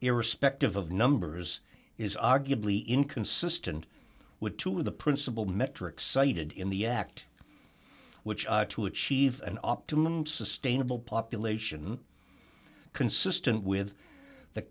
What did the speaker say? irrespective of numbers is arguably inconsistent with two of the principal metrics cited in the act which are to achieve an optimum sustainable population consistent with the